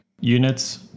units